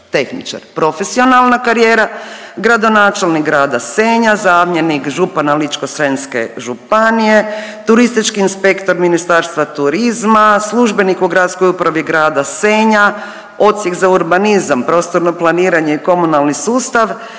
tehničar. Profesionalna karijera: gradonačelnik grada Senja, zamjenik župana Ličko-senjske županije, turistički inspektor Ministarstva turizma, službenik u gradskoj upravi grada Senja, Odsjek za urbanizam, prostorno planiranje i komunalni sustav,